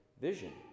vision